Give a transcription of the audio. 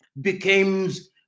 becomes